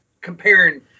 comparing